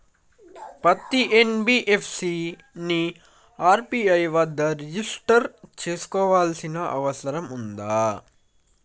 పత్తి ఎన్.బి.ఎఫ్.సి ని ఆర్.బి.ఐ వద్ద రిజిష్టర్ చేసుకోవాల్సిన అవసరం ఉందా?